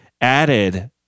added